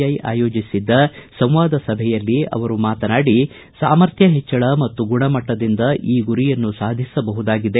I ಆಯೋಜಿಸಿದ್ದ ಸಂವಾದ ಸಭೆಯಲ್ಲಿ ಅವರು ಮಾತನಾಡಿ ಸಾಮರ್ಥ್ಲ ಹೆಚ್ಚಳ ಮತ್ತು ಗುಣಮಟ್ಟದಿಂದ ಈ ಗುರಿಯನ್ನು ಸಾಧಿಸಬಹುದಾಗಿದೆ